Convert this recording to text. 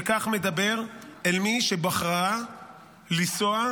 שכך מדבר אל מי שבחרה לנסוע,